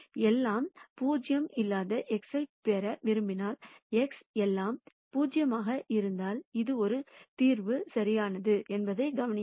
எல்லாமே 0 இல்லாத x ஐப் பெற விரும்பினால் x எல்லாம் 0 ஆக இருந்தால் இது ஒரு தீர்வு சரியானது என்பதைக் கவனியுங்கள்